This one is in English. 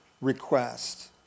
request